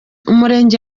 umurenge